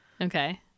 Okay